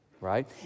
right